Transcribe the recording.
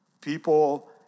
people